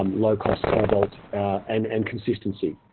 um low-cost cobalt, and and consistency.